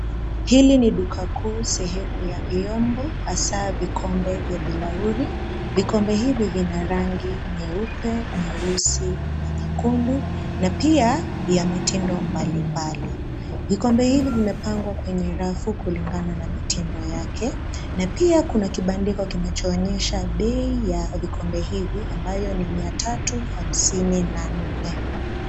Hili ni duka kuu sehemu ya vyombo, hasa vikombe vya bilauri. Vikombe hivi vina rangi nyeupe, nyeusi na nyekundu na pia ya mitindo mbalimbali. Vikombe hivi vimepangwa kwenye rafu kulingana na mitindo yake na pia kuna kibandiko kinachoonyesha bei ya vikombe hivi ambayo ni mia tatu hamsini na nne.